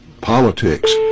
politics